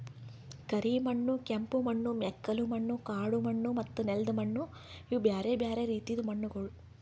ಕರಿ ಮಣ್ಣು, ಕೆಂಪು ಮಣ್ಣು, ಮೆಕ್ಕಲು ಮಣ್ಣು, ಕಾಡು ಮಣ್ಣು ಮತ್ತ ನೆಲ್ದ ಮಣ್ಣು ಇವು ಬ್ಯಾರೆ ಬ್ಯಾರೆ ರೀತಿದು ಮಣ್ಣಗೊಳ್